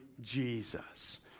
Jesus